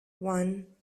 one